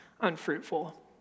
unfruitful